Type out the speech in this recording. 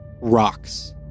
rocks